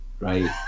Right